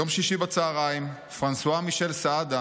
ביום שישי בצוהריים פרנסואה מישל סעדה